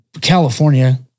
California